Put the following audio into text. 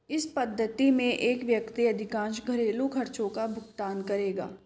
इस पद्धति में एक व्यक्ति अधिकांश घरेलू खर्चों का भुगतान करेगा